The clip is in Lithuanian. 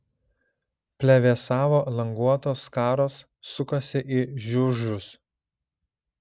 plevėsavo languotos skaros sukosi į žiužius